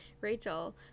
Rachel